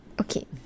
okay